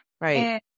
Right